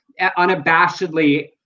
unabashedly